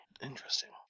Interesting